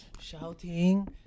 Shouting